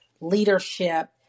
leadership